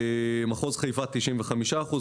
מחוז חיפה 95 אחוזים.